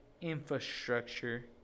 infrastructure